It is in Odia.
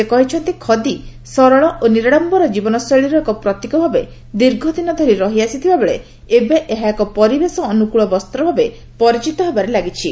ସେ କହିଛନ୍ତି ଖଦୀ ସରଳ ଓ ନିରାଡ଼ମ୍ବର ଜୀବନଶୈଳୀର ଏକ ପ୍ରତୀକ ଭାବେ ଦୀର୍ଘଦିନ ଧରି ରହିଆସିଥିବା ବେଳେ ଏବେ ଏହା ଏକ ପରିବେଶ ଅନୁକୂଳ ବସ୍ତ୍ର ଭାବେ ପରିଚିତ ହେବାରେ ଲାଗିଛି